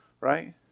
right